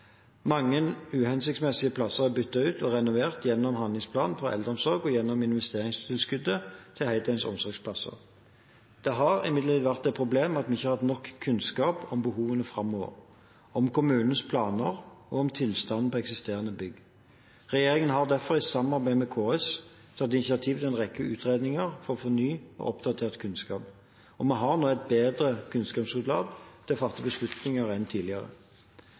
renovert gjennom handlingsplan for eldreomsorg og gjennom investeringstilskuddet til heldøgns omsorgsplasser. Det har imidlertid vært et problem at vi ikke har hatt nok kunnskap om behovene framover, om kommunenes planer og om tilstanden til eksisterende bygg. Regjeringen har derfor i samarbeid med KS tatt initiativ til en rekke utredninger for å få ny og oppdatert kunnskap, og vi har nå et bedre kunnskapsgrunnlag å fatte beslutninger på enn tidligere.